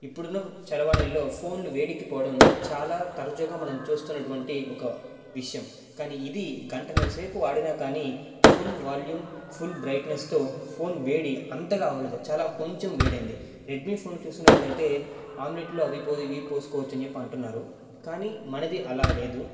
ఇప్పుడున్న చరవాణిలో ఫోన్లు వేడెక్కిపోవడం చాలా తరచుగా మనం చూస్తున్నటువంటి ఒక విషయం కానీఇది గంటన్నర సేపు ఆడిన కానీ ఫుల్ వాల్యూమ్ ఫుల్ బ్రయిట్నెస్తో ఫోను వేడి అంతగా అవలేదు చాలా కొంచెం వేది అయింది రెడ్మీ ఫోన్ చూస్తున్నట్లయితే ఆమ్లెట్లో అవి ఇవి పోయిస్తామని అంటున్నారు కానీ మనది అలా లేదు